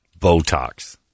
Botox